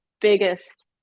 biggest